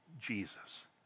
Jesus